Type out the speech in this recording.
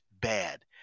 bad